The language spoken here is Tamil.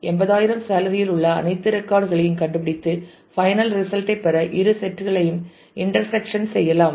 80000 சேலரி இல் உள்ள அனைத்து ரெக்கார்டு களையும் கண்டுபிடித்து பைனல் ரிசல்ட் ஐ பெற இரு செட் களையும் இன்டர்செக்ஸன் செய்யலாம்